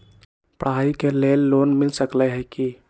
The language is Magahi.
पढाई के लेल लोन मिल सकलई ह की?